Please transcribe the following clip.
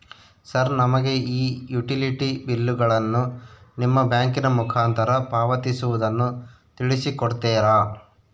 Sir ನಮಗೆ ಈ utility ಬಿಲ್ಲುಗಳನ್ನು ನಿಮ್ಮ ಬ್ಯಾಂಕಿನ ಮುಖಾಂತರ ಪಾವತಿಸುವುದನ್ನು ತಿಳಿಸಿ ಕೊಡ್ತೇರಾ?